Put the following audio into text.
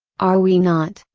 are we not,